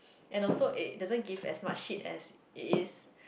and also it doesn't give as much shit as it is